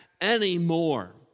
anymore